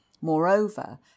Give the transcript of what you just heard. Moreover